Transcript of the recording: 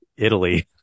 italy